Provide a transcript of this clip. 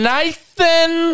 Nathan